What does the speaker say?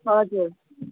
हजुर